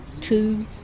two